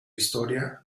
historia